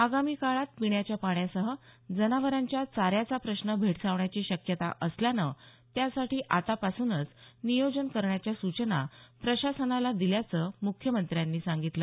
आगामी काळात पिण्याच्या पाण्यासह जनावरांच्या चाऱ्याचा प्रश्न भेडसावण्याची शक्यता असल्यानं त्यासाठी आतापासूनच नियोजन करण्याच्या सूचना प्रशासनाला दिल्याचं मुख्यमंत्र्यांनी सांगितलं